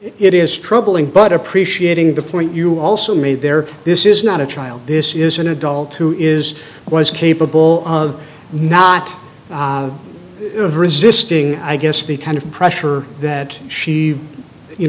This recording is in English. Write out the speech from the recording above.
it is troubling but appreciating the point you also made there this is not a child this is an adult who is was capable of not resisting i guess the kind of pressure that she you